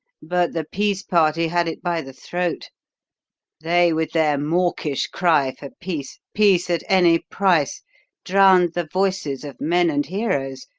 but the peace party had it by the throat they, with their mawkish cry for peace peace at any price drowned the voices of men and heroes,